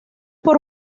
por